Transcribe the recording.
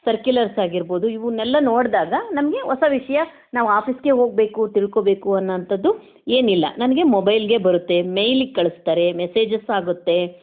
circulars ಆಗಿರ್ಬೋದು ಇವುನ್ನೆಲ್ಲ ನೋಡಿದಾಗ ನಮಗೆ ಹೊಸ ವಿಷಯ ನಾವು ಆಫೀಸ್ಗೇ ಹೋಗ್ಬೇಕು ತಿಳ್ಕೋಬೇಕು ಅನ್ನೋ ಅಂಥದ್ದು ಏನಿಲ್ಲ ನನಗೆ ಮೊಬೈಲ್ಗೆ ಬರುತ್ತೆ ಮೇಯ್ಲಿಗೆ ಕಳಿಸ್ತಾರೆ ಮೆಸೇಜಸ್ ಆಗುತ್ತೆ